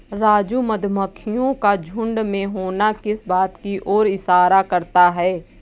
राजू मधुमक्खियों का झुंड में होना किस बात की ओर इशारा करता है?